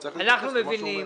אז צריך להתייחס למה שהוא אומר.